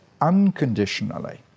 unconditionally